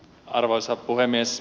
arvoisa puhemies